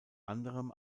anderem